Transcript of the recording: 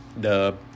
Dub